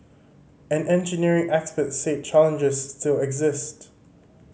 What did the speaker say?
an engineering expert said challenges still exist